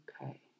Okay